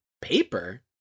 Paper